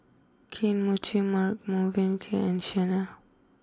Kane Mochi Marche and Chanel